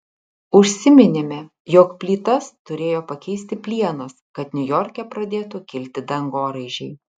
užsiminėme jog plytas turėjo pakeisti plienas kad niujorke pradėtų kilti dangoraižiai